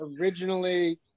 originally